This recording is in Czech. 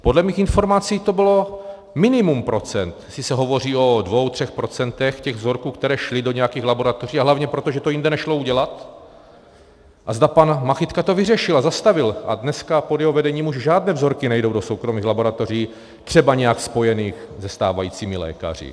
Podle mých informací to bylo minimum procent, jestli se hovoří o dvou třech procentech těch vzorků, které šly do nějakých laboratoří, a hlavně proto, že to jinde nešlo udělat, a zda pan Machytka to vyřešil a zastavil a dneska pod jeho vedením už žádné vzorky nejdou do soukromých laboratoří třeba nějak spojených se stávajícími lékaři.